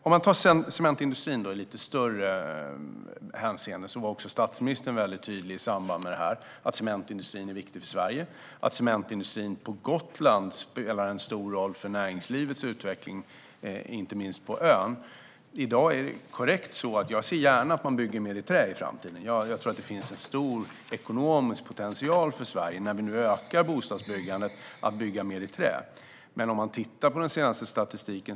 Man kan ta cementindustrin i ett lite större hänseende. Också statsministern var väldigt tydlig i samband med detta. Cementindustrin är viktig för Sverige. Cementindustrin på Gotland spelar en stor roll för näringslivets utveckling, inte minst på ön. Det är korrekt att jag gärna ser att man bygger mer i trä i framtiden. Jag tror att det finns en stor ekonomisk potential för Sverige, när vi nu ökar bostadsbyggandet, att bygga mer i trä. Men man kan titta på den senaste statistiken.